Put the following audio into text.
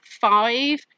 five